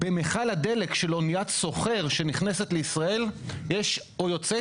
במיכל הדלק של אוניית סוחר שנכנסת לישראל או יוצאת,